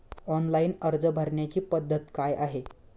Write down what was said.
Online अर्ज भरण्याची पद्धत काय आहे?